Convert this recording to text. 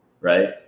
right